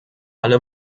alle